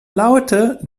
laute